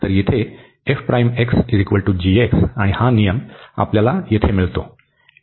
तर येथे आणि हा नियम आपल्याला येथे मिळतो